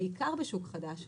בעיקר בשוק חדש,